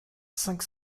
cinq